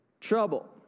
trouble